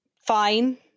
fine